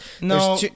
No